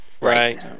right